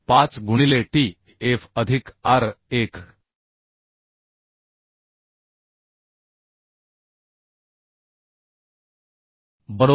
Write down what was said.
5 गुणिले T f अधिक r 1बरोबर